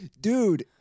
dude